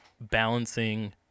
balancing